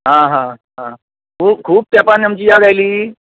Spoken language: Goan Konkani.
आं हां हां खूब तेपान आमची याद आयली